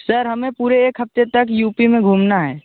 sir हमें पूरे एक हफ़्ते तक यू पी में घूमना है